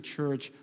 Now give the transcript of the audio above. church